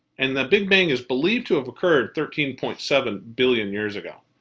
and the big bang is believed to have occurred thirteen point seven billion years ago.